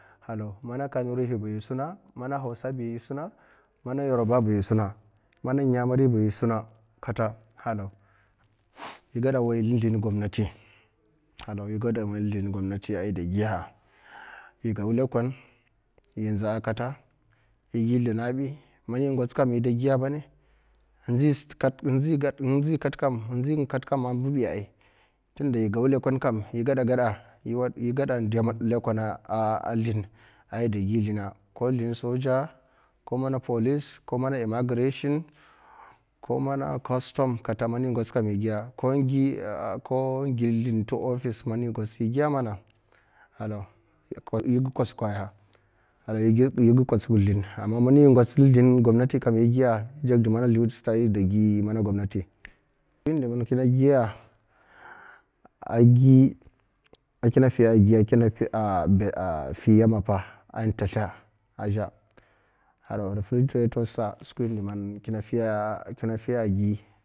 Halaw mana kanmiba isuna mana hausa ba isuna mana yaruba ba tsuma mana yamiri ba isuna kata halaw igada wai ndslin gomnati ai gada giya a’ igaw lekol i nzaw kata i gi slinabi i nzak kata, in nzi nga katkam a’ mbi ba ai tunda a’ igaw lekol kam i gada gada da lekol ai goda goslin ko slin soja ko mana police ko immigration ko mana polois ko mam a immigration ko mana custom kata mai ngotsa giya mana halaw kos i giya mana man i ngotsa sldin gomnati i giya mana i dzakda sldin sldiwhid ai gi sldin gomnati suki indi man kina giya a’ gi a’ gi a’ kina yam tesle a’ a’ a’ kina fiyama pa in leslė a’ azhe ha suki indi man kina fiyamapa fi zha a’ zhe a’ kina fiya a’ gi.